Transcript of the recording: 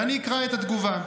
ואקרא את התגובה.